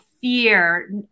Fear